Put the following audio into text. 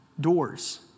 doors